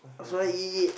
what should I eat